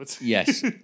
yes